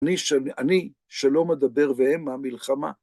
אני, אני, שלא מדבר בהמה מלחמה.